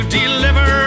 deliver